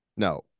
No